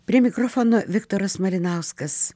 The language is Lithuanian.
prie mikrofono viktoras malinauskas